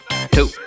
two